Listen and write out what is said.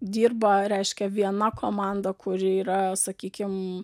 dirba reiškia viena komanda kuri yra sakykim